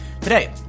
Today